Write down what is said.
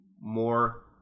more